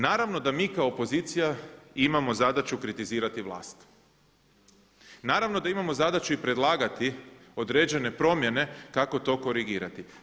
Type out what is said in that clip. Naravno da mi kao opozicija imamo zadaću kritizirati vlast, naravno da imamo zadaću i predlagati određene promjene kako to korigirati.